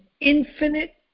infinite